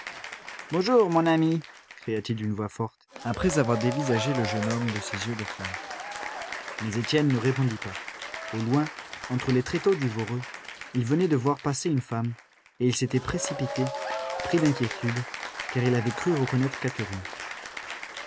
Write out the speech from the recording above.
bonjour mon ami cria-t-il d'une voix forte après avoir dévisagé le jeune homme de ses yeux de flamme mais étienne ne répondit pas au loin entre les tréteaux du voreux il venait de voir passer une femme et il s'était précipité pris d'inquiétude car il avait cru reconnaître catherine